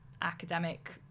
academic